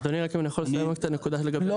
אדוני, אם אני יכול רק לסיים את הנקודה --- לא.